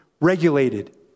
regulated